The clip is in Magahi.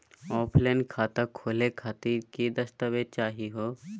ऑफलाइन खाता खोलहु खातिर की की दस्तावेज चाहीयो हो?